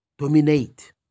dominate